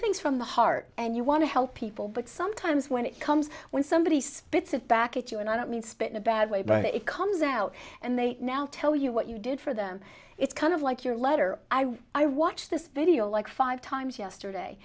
things from the heart and you want to help people but sometimes when it comes when somebody spits it back at you and i don't mean spit in a bad way but it comes out and they now tell you what you did for them it's kind of like your letter i watched this video like five times yesterday